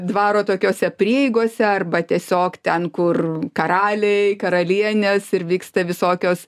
dvaro tokiose prieigose arba tiesiog ten kur karaliai karalienės ir vyksta visokios